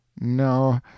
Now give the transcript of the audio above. No